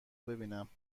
ببینم